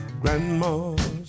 Grandma's